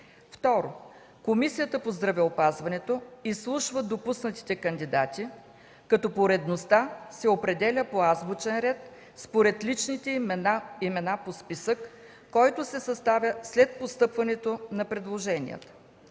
2. Комисията по здравеопазването изслушва допуснатите кандидати, като поредността се определя по азбучен ред според личните им имена по списък, който се съставя след постъпване на предложенията.